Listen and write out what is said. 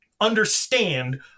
understand